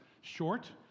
short